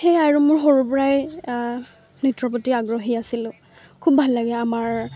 সেয়াই আৰু মোৰ সৰুৰ পৰাই নৃত্যৰ প্ৰতি আগ্ৰহী আছিলোঁ খুব ভাল লাগে আমাৰ